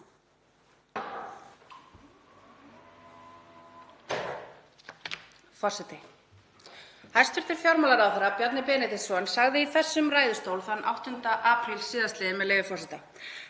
Forseti. Hæstv. fjármálaráðherra Bjarni Benediktsson sagði í þessum ræðustól þann 8. apríl síðastliðinn, með leyfi forseta: